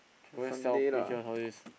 go there sell peaches all this